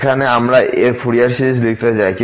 এখানে আমরা এর ফুরিয়ার সিরিজ লিখতে চাই